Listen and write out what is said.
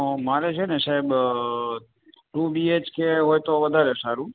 મારે છે ને સાહેબ ટુ બી એચ કે હોય તો વધારે સારું